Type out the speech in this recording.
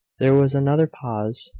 there was another pause,